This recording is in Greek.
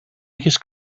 είχες